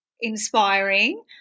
inspiring